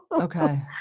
Okay